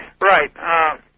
Right